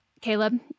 Caleb